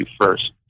first